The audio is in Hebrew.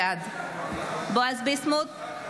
בעד בועז ביסמוט,